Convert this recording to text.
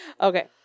Okay